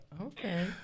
Okay